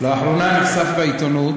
לאחרונה נחשף בעיתונות